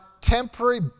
temporary